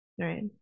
Right